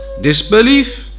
disbelief